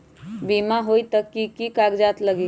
बिमा होई त कि की कागज़ात लगी?